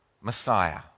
Messiah